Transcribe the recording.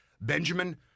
Benjamin